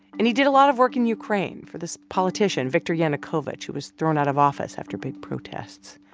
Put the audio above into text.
and he did a lot of work in ukraine for this politician viktor yanukovych who was thrown out of office after big protests.